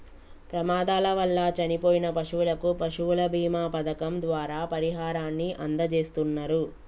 ప్రమాదాల వల్ల చనిపోయిన పశువులకు పశువుల బీమా పథకం ద్వారా పరిహారాన్ని అందజేస్తున్నరు